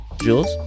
Jules